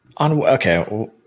Okay